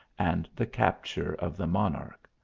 and the capture of the monarch.